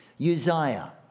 Uzziah